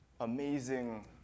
amazing